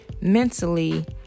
mentally